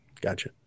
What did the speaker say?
Gotcha